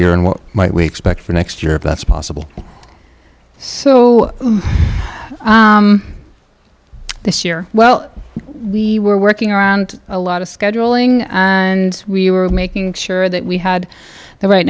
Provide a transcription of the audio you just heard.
year and what might we expect for next year that's possible so this year well we were working around a lot of scheduling and we were making sure that we had the right